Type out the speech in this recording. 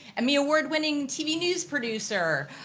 emmy award winning tv news producer,